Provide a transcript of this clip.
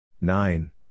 Nine